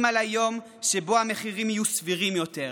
על היום שבו המחירים יהיו סבירים יותר.